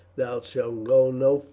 thou shalt go no